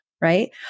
right